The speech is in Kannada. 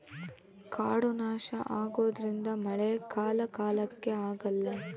ಕಾಡು ನಾಶ ಆಗೋದ್ರಿಂದ ಮಳೆ ಕಾಲ ಕಾಲಕ್ಕೆ ಆಗಲ್ಲ